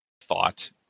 thought